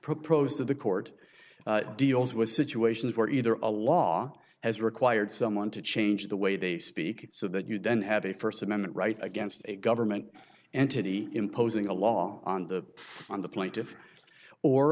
propose that the court deals with situations where either a law has required someone to change the way they speak so that you don't have a st amendment right against a government entity imposing a law on the on the pla